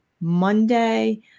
Monday